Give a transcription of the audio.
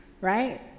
right